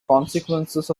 consequences